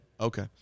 Okay